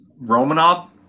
Romanov